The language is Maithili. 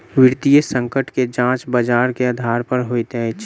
वित्तीय संकट के जांच बजार के आधार पर होइत अछि